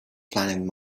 planet